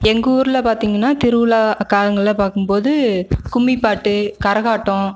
எங்கள் ஊரில் பார்த்திங்கன்னா திருவிழா காலங்களில் பார்க்கும்போது கும்மிப்பாட்டு கரகாட்டம்